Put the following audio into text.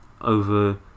over